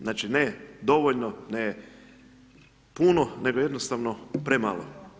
Znači ne dovoljno, ne puno, nego jednostavno premalo.